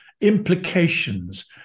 implications